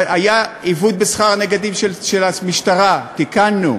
היה עיוות בשכר הנגדים של המשטרה, תיקנו,